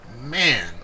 Man